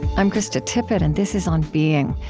i'm krista tippett, and this is on being.